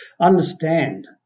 Understand